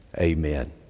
amen